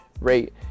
rate